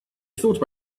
thought